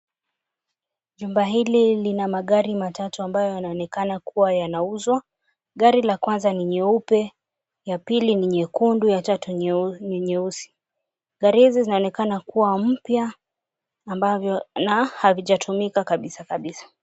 Jumba hili lina magari matatu ambayo yanaonekana kuwa yanauzwa. Gari la kwanza ni nyeupe, ya pili ni nyekundu, ya tatu ni nyeusi. Gari hizi zinaonekana kuwa mpya na havijatumika kabisa kabisa.